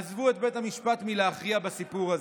עזבו את בית המשפט מלהכריע בסיפור הזה.